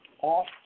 off